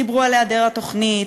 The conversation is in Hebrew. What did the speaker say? דיברו על היעדר התוכנית,